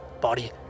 body